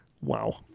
Wow